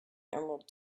emerald